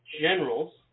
Generals